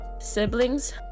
siblings